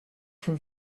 from